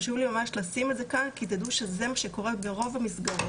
חשוב לי ממש לשים את זה כאן כי תדעו שזה מה שקורה ברוב המסגרות.